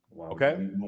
Okay